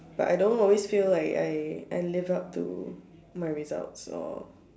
but I don't always feel like I I live up to my results or